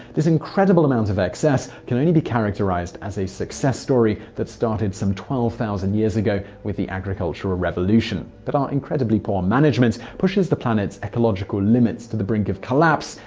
this incredible amount of excess can only be characterized as a success story that started some twelve thousand years ago with the agricultural revolution. but our incredibly poor management pushes the planet's ecological limits to the brink of collapse,